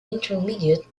intermediate